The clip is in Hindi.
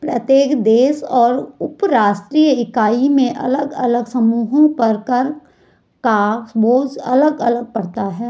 प्रत्येक देश और उपराष्ट्रीय इकाई में अलग अलग समूहों पर कर का बोझ अलग अलग पड़ता है